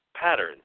pattern